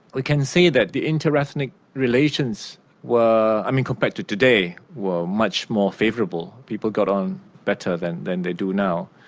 we can say that the inter-ethnic relations were, i mean compared to today, were much more favourable. people got on better than than they do now.